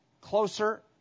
closer